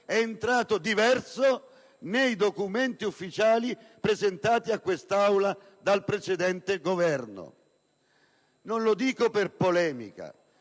è entrato diverso nei documenti ufficiali presentati all'Aula dal precedente Governo. Non lo dico per polemica,